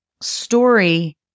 story